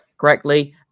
correctly